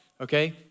okay